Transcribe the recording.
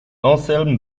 anselme